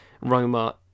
Roma